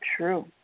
true